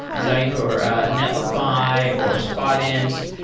zeit, or netlify, or spotinst.